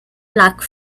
lack